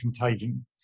contagion